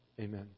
Amen